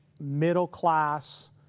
middle-class